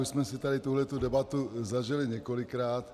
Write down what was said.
Už jsme si tady tuhletu debatu zažili několikrát.